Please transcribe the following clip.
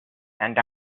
and